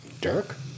Dirk